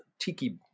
tiki